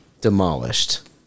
demolished